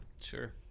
Sure